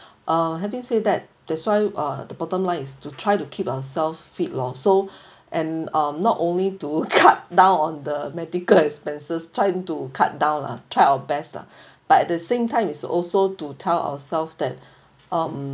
uh having said that that's why uh the bottom lines to try to keep ourselves fit lor so and um not only to cut down on the medical expenses trying to cut down lah try our best better but at the same time is also to tell ourselves that um